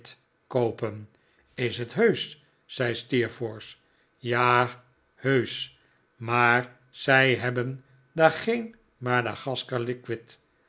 koopen is t heusch zei steerforth ja heusch maar zij hebben daar geen madagascar